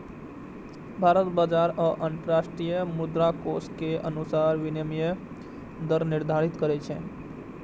भारत बाजार आ अंतरराष्ट्रीय मुद्राकोष के अनुसार विनिमय दर निर्धारित करै छै